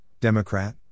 Democrat